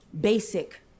basic